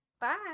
Bye